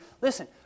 Listen